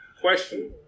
Question